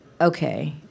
Okay